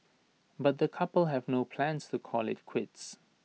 but the couple have no plans to call IT quits